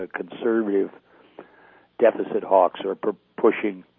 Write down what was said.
ah conservative deficit hawks are are pushing